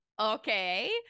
okay